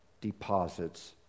deposits